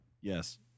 Yes